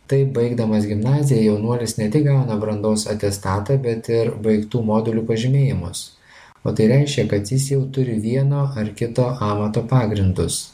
taip baigdamas gimnaziją jaunuolis ne tik gauna brandos atestatą bet ir baigtų modulių pažymėjimus o tai reiškia kad jis jau turi vieno ar kito amato pagrindus